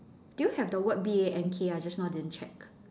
do you have the B A N K ah just now didn't check